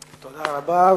תודה רבה.